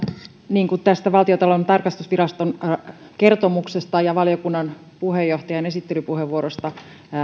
niin kuin tästä valtiontalouden tarkastusviraston kertomuksesta ja valiokunnan puheenjohtajan esittelypuheenvuorosta